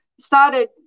started